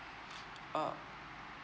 uh